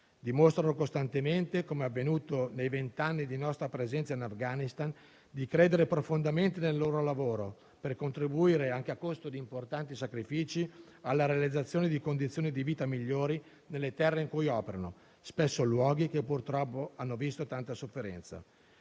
dimostrano costantemente, come avvenuto nei vent'anni della nostra presenza in Afghanistan, di credere profondamente nel loro lavoro per contribuire, anche a costo di importanti sacrifici, alla realizzazione di condizioni di vita migliori nelle terre in cui operano, luoghi che spesso purtroppo hanno visto tanta sofferenza.